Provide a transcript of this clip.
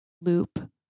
loop